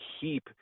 keep